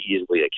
easily